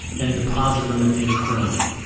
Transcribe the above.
and deposited him at the infirmary.